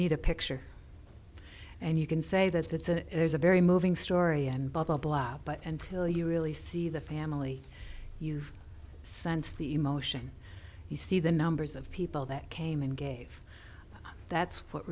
need a picture and you can say that that's a there's a very moving story and blah blah blah but until you really see the family you sense the emotion you see the numbers of people that came and gave that's what